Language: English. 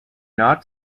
not